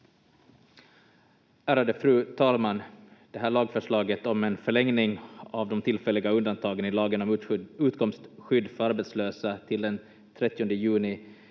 Ärade fru talman! Det här lagförslaget om en förlängning av de tillfälliga undantagen i lagen om utkomstskydd för arbetslösa till den 30 juni